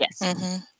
Yes